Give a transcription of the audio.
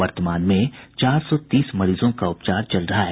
वर्तमान में चार सौ तीस मरीजों का उपचार चल रहा है